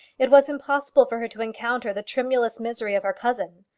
it was impossible for her to encounter the tremulous misery of her cousin.